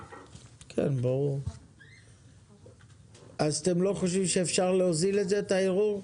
אתם לא חושבים שאפשר להוזיל את גובה האגרה על הערעור.